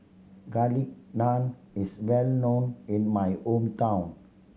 Garlic Naan is well known in my hometown